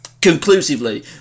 Conclusively